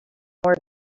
more